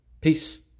Peace